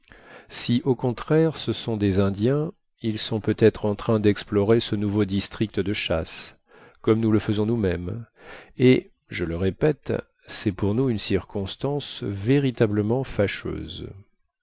si au contraire ce sont des indiens ils sont peut-être en train d'explorer ce nouveau district de chasse comme nous le faisons nous-mêmes et je le répète c'est pour nous une circonstance véritablement fâcheuse